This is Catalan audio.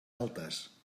altes